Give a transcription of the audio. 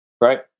Right